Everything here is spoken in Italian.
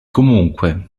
comunque